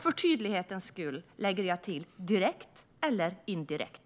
För tydlighetens skull lägger jag till: Kommer de i så fall att påverkas direkt eller indirekt?